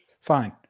Fine